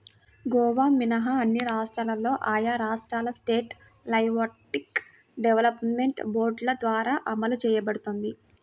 గోవా మినహా అన్ని రాష్ట్రాల్లో ఆయా రాష్ట్రాల స్టేట్ లైవ్స్టాక్ డెవలప్మెంట్ బోర్డుల ద్వారా అమలు చేయబడుతోంది